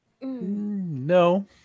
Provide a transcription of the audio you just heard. no